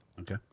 Okay